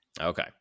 Okay